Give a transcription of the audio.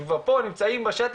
הם כבר פה נמצאים בשטח,